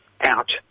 out